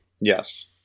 yes